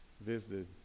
visited